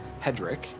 Hedrick